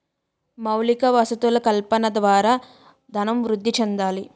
మౌలిక వసతులు కల్పన ద్వారా ధనం వృద్ధి చెందాలి